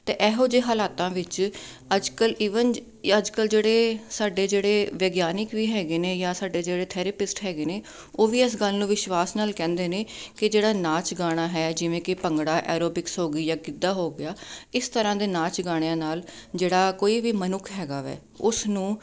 ਅਤੇ ਇਹੋ ਜਿਹੇ ਹਾਲਾਤਾਂ ਵਿੱਚ ਅੱਜ ਕੱਲ੍ਹ ਈਵਨ ਅੱਜ ਕੱਲ੍ਹ ਜਿਹੜੇ ਸਾਡੇ ਜਿਹੜੇ ਵਿਗਿਆਨਿਕ ਵੀ ਹੈਗੇ ਨੇ ਜਾਂ ਸਾਡੇ ਜਿਹੜੇ ਥੈਰੇਪਿਸਟ ਹੈਗੇ ਨੇ ਉਹ ਵੀ ਇਸ ਗੱਲ ਨੂੰ ਵਿਸ਼ਵਾਸ ਨਾਲ ਕਹਿੰਦੇ ਨੇ ਕਿ ਜਿਹੜਾ ਨਾਚ ਗਾਣਾ ਹੈ ਜਿਵੇਂ ਕਿ ਭੰਗੜਾ ਐਰੋਬਿਕਸ ਹੋ ਗਈ ਜਾਂ ਗਿੱਧਾ ਹੋ ਗਿਆ ਇਸ ਤਰ੍ਹਾਂ ਦੇ ਨਾਚ ਗਾਣਿਆਂ ਨਾਲ ਜਿਹੜਾ ਕੋਈ ਵੀ ਮਨੁੱਖ ਹੈਗਾ ਹੈ ਉਸ ਨੂੰ